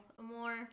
more